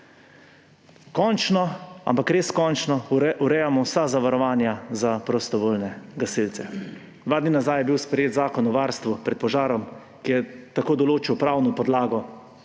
Končno, ampak res končno urejamo vsa zavarovanja za prostovoljne gasilce. Dva dni nazaj je bil sprejet Zakon o varstvu pred požarom, ki je tako določil pravno podlago